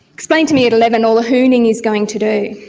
explained to me at eleven all the hooning he's going to do.